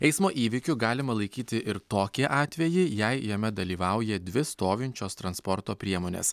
eismo įvykiu galima laikyti ir tokį atvejį jei jame dalyvauja dvi stovinčios transporto priemonės